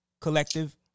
collective